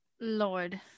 Lord